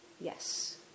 Yes